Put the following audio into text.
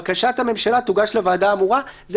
"בקשת הממשלה תוגש לוועדה האמורה זה